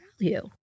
value